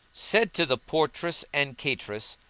said to the portress and cateress,